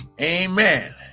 Amen